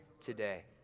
today